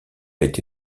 été